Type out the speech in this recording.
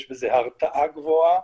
יש בזה הרתעה גבוהה